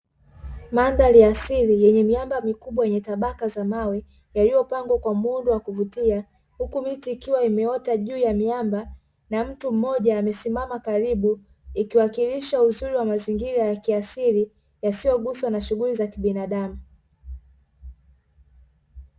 Madhari ya asili yenye miamba mikubwa yenye tabaka za mawe, yaliyopangwa kwa muundo wa kuvutia, huku miti ikiwa imeota juu ya miamba, na mtu mmoja amesimama karibu. Ikiwakilisha uzuri wa mazingira ya kiasili, yasiyoguswa na shughuli za kibinadamu.